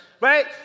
right